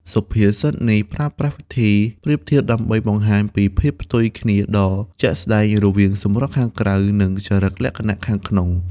សុភាសិតនេះប្រើប្រាស់វិធីប្រៀបធៀបដើម្បីបង្ហាញពីភាពផ្ទុយគ្នាដ៏ជាក់ស្តែងរវាងសម្រស់ខាងក្រៅ និងចរិតលក្ខណៈខាងក្នុង។